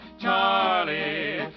Charlie